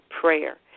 prayer